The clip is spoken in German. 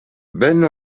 ben